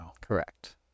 Correct